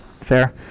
fair